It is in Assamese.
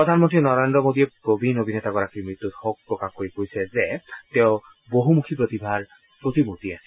প্ৰধানমন্নী নৰেজ্ৰ মোদীয়ে প্ৰবীণ অভিনেতাগৰাকীৰ মৃত্যূত শোক প্ৰকাশ কৰি কৈছে যে তেওঁ বহুমুখী প্ৰতিভাৰ প্ৰতিমূৰ্তি আছিল